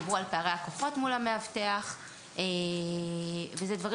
דיברו על פערי הכוחות מול המאבטח וזה דברים